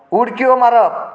उडक्यो मारप